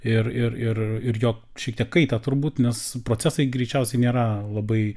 ir ir ir ir jo šiek tiek kaitą turbūt nes procesai greičiausiai nėra labai